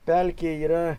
pelkė yra